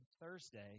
Thursday